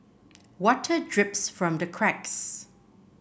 water drips from the cracks